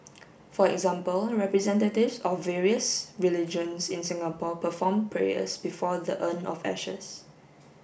for example representatives of various religions in Singapore performed prayers before the urn of ashes